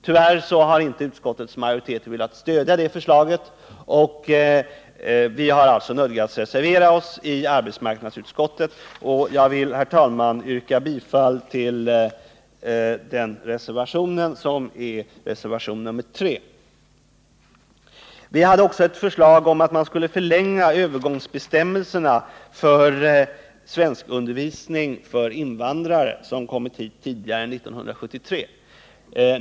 Tyvärr har utskottets majoritet inte velat stödja förslaget, och vi har därför nödgats reservera oss i arbetsmarknadsutskottet. Jag vill, herr talman, yrka Vi har också lagt fram ett förslag om att man skall förlänga övergångsbestämmelserna för svenskundervisningen för invandrare som kommit hit före 1973.